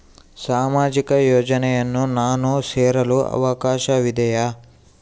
ಸಾಮಾಜಿಕ ಯೋಜನೆಯನ್ನು ನಾನು ಸೇರಲು ಅವಕಾಶವಿದೆಯಾ?